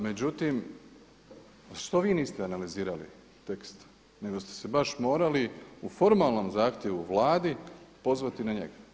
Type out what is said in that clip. Međutim, što vi niste analizirali tekst nego ste se baš morali u formalnom zahtjevu Vladi pozvati na njega?